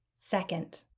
Second